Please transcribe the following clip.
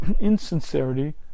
insincerity